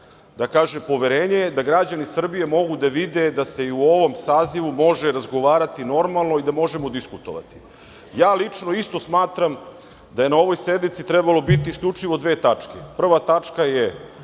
da kažem, poverenje, građani Srbije mogu da vide da se i u ovom sazivu može razgovarati normalno i da možemo diskutovati. Ja lično isto smatram da je na ovoj sednice trebalo biti isključivo dve tačke. Prva tačka je